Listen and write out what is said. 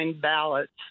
ballots